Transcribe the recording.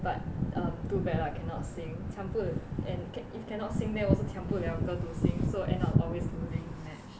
but um too bad lah cannot sing 抢不 and if cannot sing then also 抢不了歌 to sing so end up always losing the match